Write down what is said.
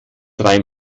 rein